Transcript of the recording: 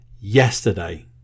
yesterday